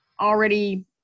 already